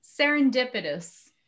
Serendipitous